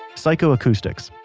psychoacoustics,